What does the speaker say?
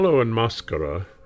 Mascara